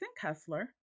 Kessler